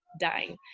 dying